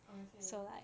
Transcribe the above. okay